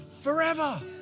forever